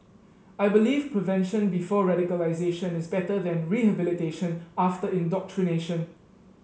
I believe prevention before radicalisation is better than rehabilitation after indoctrination